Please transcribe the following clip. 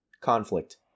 conflict